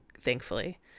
thankfully